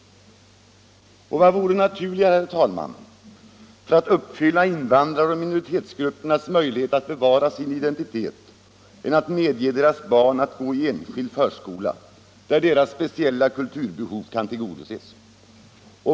invandraroch Vad vore naturligare, herr talman, för att tillgodose invandraroch = minoritetspolitiken, minoritetsgruppernas möjlighet att bevara sin identitet än att medge deras m.m. barn att gå i en enskild förskola, där deras speciella kulturbehov kan beaktas?